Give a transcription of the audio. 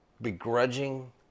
begrudging